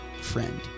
friend